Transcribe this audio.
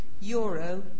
euro